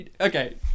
Okay